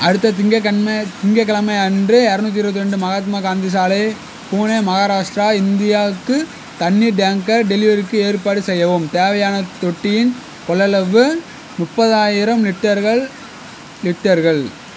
அடுத்த திங்கக்கன்ம திங்கள் கெழமை அன்று இரநூத்தி இருபத்தி ரெண்டு மகாத்மா காந்தி சாலை புனே மகாராஷ்ட்ரா இந்தியாவுக்கு தண்ணீர் டேங்கர் டெலிவரிக்கு ஏற்பாடு செய்யவும் தேவையான தொட்டியின் கொள்ளளவு முப்பதாயிரம் லிட்டர்கள் லிட்டர்கள்